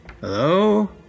Hello